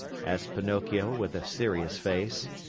asked pinocchio with a serious face.